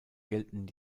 gelten